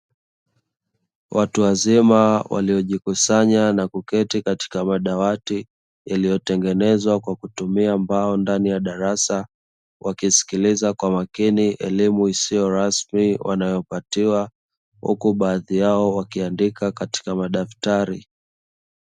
Watu wazima waliojikusanya na kuketi katika madawati yaliyotengenezwa kwa kutumia mbao ndani ya darasa, wakisikiliza kwa makini elimu isiyo rasmi wanayopatiwa, huku baadhi yao wakiandika katika madaftari.